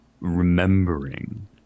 remembering